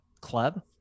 club